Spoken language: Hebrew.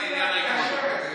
אני מציע לאשר את זה.